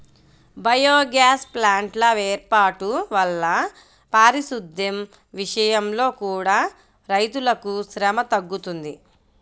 biogas ప్లాంట్ల వేర్పాటు వల్ల పారిశుద్దెం విషయంలో కూడా రైతులకు శ్రమ తగ్గుతుంది